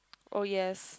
oh yes